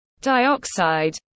dioxide